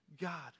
God